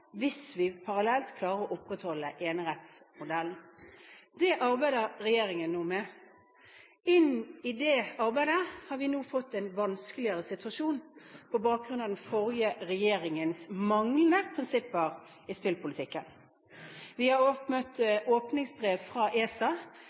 hvis vi parallelt klarer å opprettholde enerettsmodellen. Det arbeider regjeringen nå med. Inn i det arbeidet har vi nå fått en vanskeligere situasjon på bakgrunn av den forrige regjeringens manglende prinsipper i spillpolitikken. Vi har